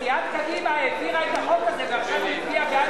סיעת קדימה העבירה את החוק הזה ועכשיו היא הצביעה בעד